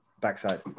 backside